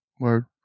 Word